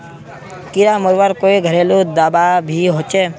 कीड़ा मरवार कोई घरेलू दाबा भी होचए?